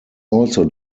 also